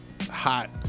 hot